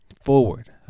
forward